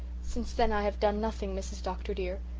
since then i have done nothing, mrs. dr. dear.